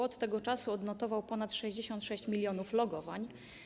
Od tego czasu odnotowano ponad 66 mln logowań.